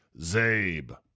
Zabe